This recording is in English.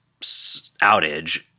outage